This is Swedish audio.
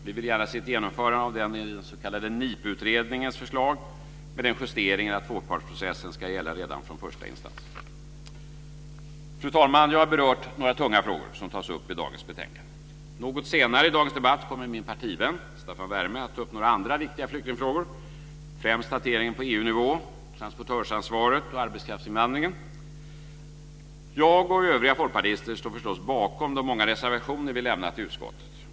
Vi vill gärna se ett genomförande av den i den s.k. NIPU-utredningens förslag med den justeringen att tvåpartsprocessen ska gälla redan från första instans. Fru talman! Jag har berört några tunga frågor som tas upp i dagens betänkande. Något senare i dagens debatt kommer min partivän Staffan Werme att ta upp några andra viktiga flyktingfrågor, främst hanteringen på EU-nivå, transportöransvaret och arbetskraftsinvandringen. Jag och övriga folkpartister står förstås bakom de många reservationer vi lämnat till utskottet.